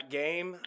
game